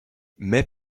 mais